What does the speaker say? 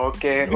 Okay